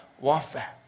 warfare